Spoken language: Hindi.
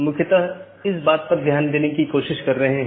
ये IBGP हैं और बहार वाले EBGP हैं